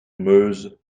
meuse